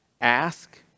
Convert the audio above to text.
Ask